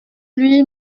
lui